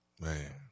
Man